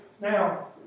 now